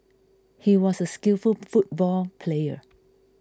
he was a skillful football player